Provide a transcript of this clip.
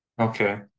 Okay